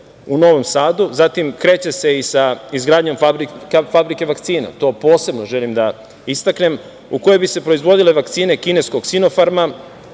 u Novom Sadu, zatim kreće se i sa izgradnjom fabrike vakcina, to posebno želim da istaknem u kojoj bi se proizvodile vakcine kineskog "Sinofarma",